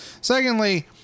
Secondly